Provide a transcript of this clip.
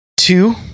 Two